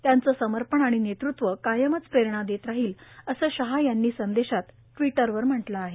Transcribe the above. त्यांचं समर्पण आणि नेतृत्व कायमच प्रेरणा देत राहील असं शहा यांनी संदेशात ट्वीटरवर म्हटलं आहे